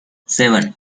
seven